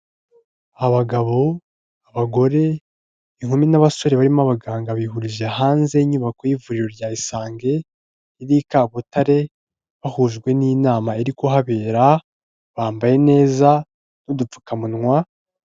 Abagabo, abagore, inkumi n'abasore barimo abaganga bihuriza hanze y'inyubako y'ivuriro rya Isange iri i Kabutare, bahujwe n'inama iri kuhabera bambaye neza n'udupfukamunwa.